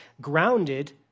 Grounded